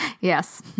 Yes